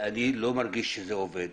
ואני לא מרגיש שזה עובד.